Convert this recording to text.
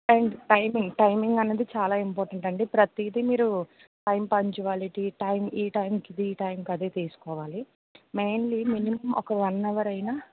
and timing timing అన్నది చాలా important అండి ప్రతిది మీరు టైం పంక్చువాలిటీ టైం ఈ టైంకి ఇది ఆ టైంకి అది తీసుకోవాలి మెయిన్లీ మినిమమ్ ఒక వన్ అవర్ అయిన